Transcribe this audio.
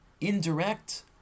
indirect